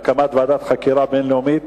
הקמת ועדת חקירה בין-לאומית